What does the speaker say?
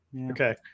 Okay